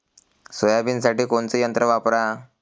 सोयाबीनसाठी कोनचं यंत्र वापरा?